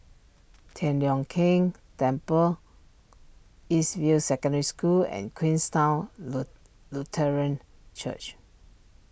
Tian Leong Keng Temple East View Secondary School and Queenstown Lutheran Church